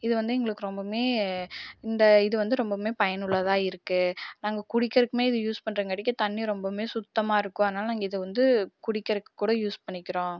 இது வந்து எங்களுக்கு ரொம்பவுமே இந்த இது வந்து ரொம்பவுமே பயனுள்ளதாக இருக்குது நாங்கள் குடிக்கிறக்குமே இதாய் யூஸ் பண்ணுறங்காட்டிக்கு தண்ணி ரொம்பவுமே சுத்தமாக இருக்கும் அதனால் நாங்கள் இதை வந்து குடிக்கறதுக்கு கூட யூஸ் பண்ணிக்கிறோம்